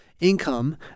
income